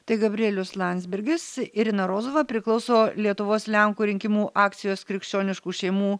tai gabrielius landsbergis irina rozova priklauso lietuvos lenkų rinkimų akcijos krikščioniškų šeimų